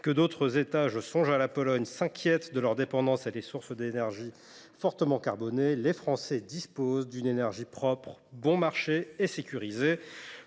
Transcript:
que d’autres États – je songe à la Pologne – s’inquiètent de leur dépendance à des sources d’énergie fortement carbonées, les Français disposent d’une énergie propre, bon marché et sécurisée.